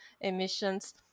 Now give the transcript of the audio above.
emissions